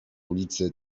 ulicy